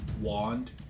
wand